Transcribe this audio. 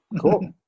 cool